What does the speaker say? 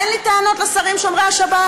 אין לי טענות לשרים שומרי השבת,